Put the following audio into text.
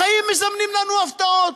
החיים מזמנים לנו הפתעות,